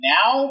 Now